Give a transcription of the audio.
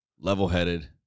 Level-headed